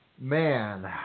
Man